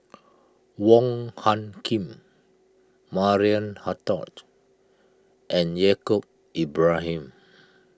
Wong Hung Khim Maria Hertogh and Yaacob Ibrahim